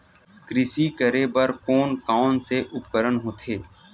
कृषि करेबर कोन कौन से उपकरण होथे?